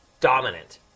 dominant